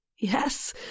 Yes